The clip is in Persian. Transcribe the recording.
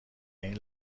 این